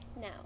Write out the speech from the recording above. Now